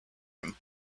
him